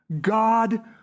God